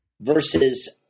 versus